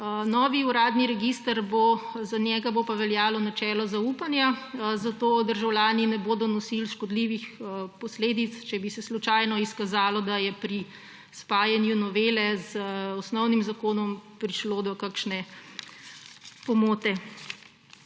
nov uradni register bo pa veljalo načelo zaupanja, zato državljani ne bodo nosili škodljivih posledic, če bi se slučajno izkazalo, da je pri spajanju zadeve z osnovnim zakonom prišlo do kakšne pomote.